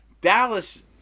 Dallas